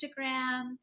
Instagram